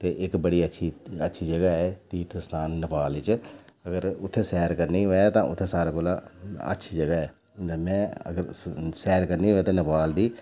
ते इक बड़ी अच्छी अच्छी जगह् ऐ तीर्थ स्थान नेपाल च अगर उत्थै सैर करनी होऐ तां सारें कोला अच्छी जगह् ऐ में अगर सैर करनी होऐ तां नेपाल दी